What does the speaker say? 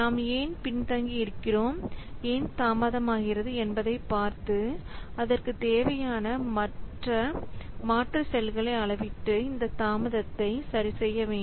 நாம் ஏன் பின்தங்கி இருக்கிறோம் ஏன் தாமதமாகிறது என்பதை பார்த்து அதற்கு தேவையான மாற்று செயல்களை அளவிட்டு இந்த தாமதத்தை சரிசெய்யவேண்டும்